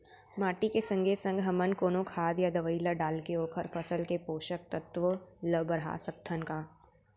माटी के संगे संग हमन कोनो खाद या दवई ल डालके ओखर फसल के पोषकतत्त्व ल बढ़ा सकथन का?